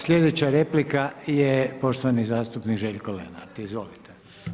Sljedeća replika je poštovani zastupnik Željko Lenart, izvolite.